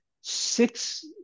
six